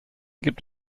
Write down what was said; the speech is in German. gibt